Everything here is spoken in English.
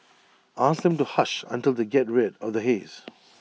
ask them to hush until they get rid of the haze